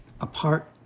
apart